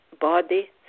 Body